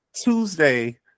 Tuesday